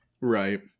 Right